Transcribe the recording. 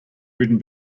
ridden